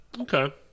Okay